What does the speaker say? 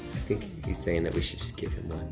think he's saying that we should just give him